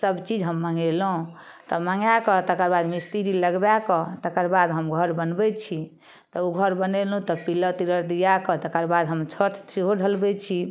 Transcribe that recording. सब चीज हम मङ्गेलहुँ तब मङ्गाकऽ तकर बाद मिस्त्री लगबाकऽ तकर बाद हम घर बनबै छी तऽ ओ घर बनेलहुँ तऽ पीलर तीलर दिआकऽ तकर बाद हम छत सेहो ढलबै छी